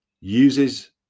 uses